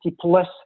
plus